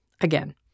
again